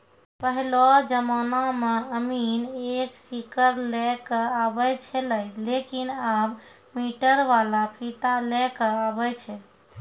पहेलो जमाना मॅ अमीन एक सीकड़ लै क आबै छेलै लेकिन आबॅ मीटर वाला फीता लै कॅ आबै छै